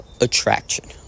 attraction